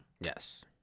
Yes